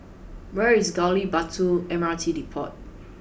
where is Gali Batu M R T Depot